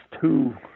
two